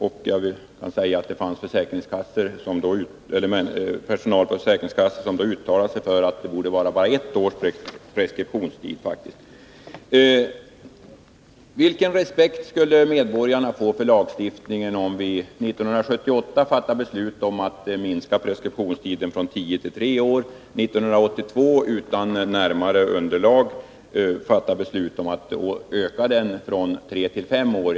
Och jag vill säga att vi i det sammanhanget träffat på personal från försäkringskassorna som uttalat sig för att preskriptionstiden borde vara bara ett år. Vilken respekt skulle medborgarna få för lagstiftningen om vi 1978 fattar beslut om att minska preskriptionstiden från tio till tre år och 1982 — utan närmare underlag — fattar beslut om att öka den från tre till fem år?